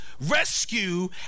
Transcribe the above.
rescue